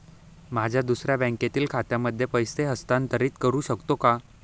माझ्या दुसऱ्या बँकेतील खात्यामध्ये पैसे हस्तांतरित करू शकतो का?